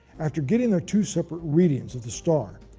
after getting their two separate readings of the star,